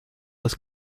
this